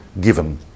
given